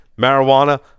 marijuana